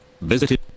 visited